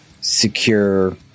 secure